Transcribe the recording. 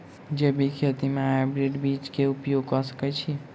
जैविक खेती म हायब्रिडस बीज कऽ उपयोग कऽ सकैय छी?